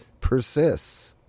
persists